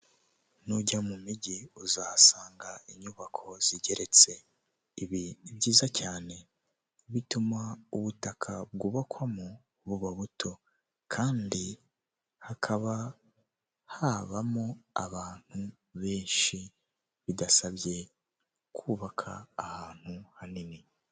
Nujya mu mijyi uzahasanga inyubako zigeretse, ibi ni byiza cyane, bituma ubutaka bwubakwamo buba buto kandi hakaba habamo abantu benshi, bidasabye kubaka ahantu hanini.